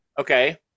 Okay